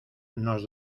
nos